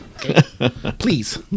Please